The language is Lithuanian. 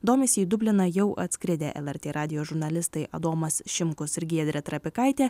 domisi į dubliną jau atskridę lrt radijo žurnalistai adomas šimkus ir giedrė trapikaitė